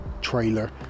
trailer